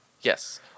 Yes